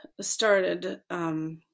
started